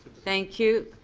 thank you.